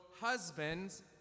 husbands